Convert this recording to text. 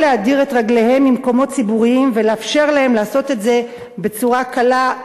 להדיר את רגליהם ממקומות ציבוריים ולאפשר להם לעשות את זה בצורה קלה,